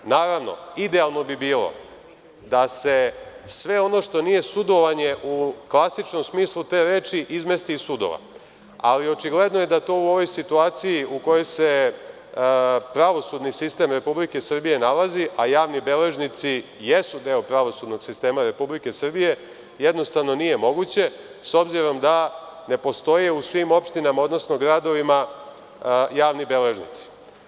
Naravno, idealno bi bilo da sve ono što nije sudovanje u klasičnom smislu te reči izmesti iz sudova, ali očigledno je da to u ovoj situaciji u kojoj se pravosudni sistem Republike Srbije nalazi, a javni beležnici jesu deo pravosudnog sistema Republike Srbije, jednostavno nije moguće, s obzirom da ne postoje u svim opštinama, odnosno u svim gradovima javni beležnici.